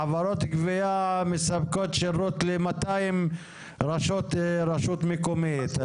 חברות גבייה מספקות שירות ל-200 רשויות מקומיות.